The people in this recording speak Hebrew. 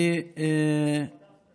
(תיקון מס'